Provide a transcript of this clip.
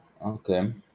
Okay